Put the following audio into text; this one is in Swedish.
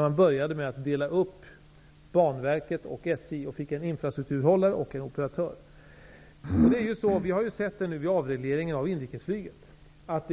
Man började med att dela upp verksamheten på Banverket och Vi har nu sett vid avregleringen av inrikesflyget, att